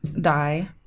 die